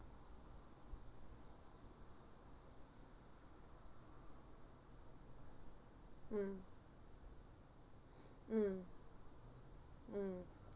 mm mm mm